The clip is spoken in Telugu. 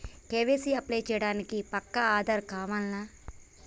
కే.వై.సీ అప్లై చేయనీకి పక్కా ఆధార్ కావాల్నా?